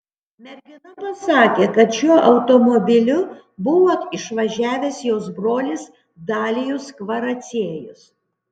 mergina pasakė kad šiuo automobiliu buvo išvažiavęs jos brolis dalijus kvaraciejus